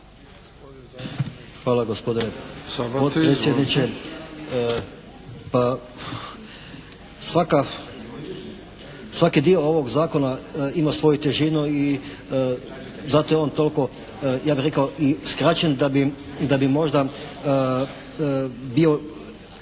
potpredsjedniče. Svaki dio ovog zakona ima svoju težinu i zato je on toliko ja bih rekao i skraćen da bi možda bio